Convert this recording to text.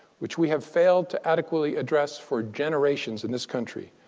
which we have failed to adequately address for generations in this country.